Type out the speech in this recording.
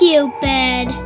Cupid